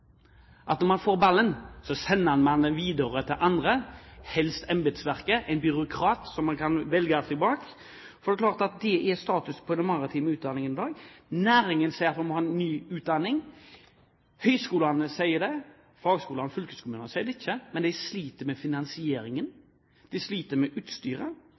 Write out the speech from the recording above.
at når man får ballen, sender man den videre til andre, helst til embetsverket, en byråkrat, som man kan velge å gjemme seg bak. Det er klart at status for den maritime utdanningen i dag er at næringen sier at man må ha ny utdanning. Høyskolene sier det – fagskolene og fylkeskommunene sier det ikke – men de sliter med finansieringen. De sliter med utstyret,